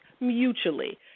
mutually